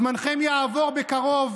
זמנכם יעבור בקרוב,